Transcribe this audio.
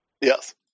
Yes